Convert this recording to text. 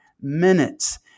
minutes